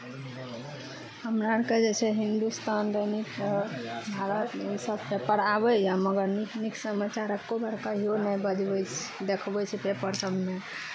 हमरा अरके जे छै हिन्दुस्तान दैनिक भारत भारत ईसभ पेपर आबैए मगर नीक नीक समाचार एको बार कहियो नहि बजबै देखबै छै पेपर सभमे